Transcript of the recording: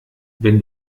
wenn